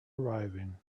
arriving